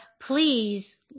please